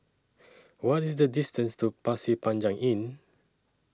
What IS The distance to Pasir Panjang Inn